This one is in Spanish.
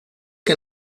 que